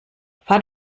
fahr